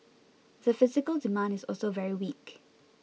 the physical demand is also very weak